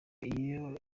iyo